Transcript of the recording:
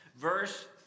Verse